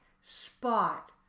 spot